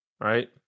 Right